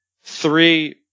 three